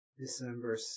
December